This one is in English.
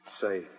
Say